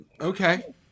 okay